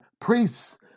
priests